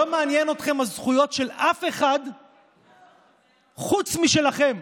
לא מעניין אתכם הזכויות של אף אחד חוץ משלכם.